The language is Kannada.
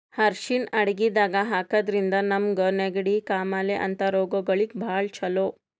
ಅರ್ಷಿಣ್ ಅಡಗಿದಾಗ್ ಹಾಕಿದ್ರಿಂದ ನಮ್ಗ್ ನೆಗಡಿ, ಕಾಮಾಲೆ ಅಂಥ ರೋಗಗಳಿಗ್ ಭಾಳ್ ಛಲೋ